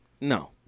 No